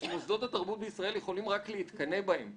שמוסדות התרבות יכולים רק להתקנא בהם.